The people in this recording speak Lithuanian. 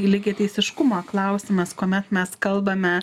lygiateisiškumo klausimas kuomet mes kalbame